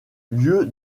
lieu